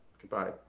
Goodbye